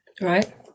right